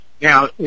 Now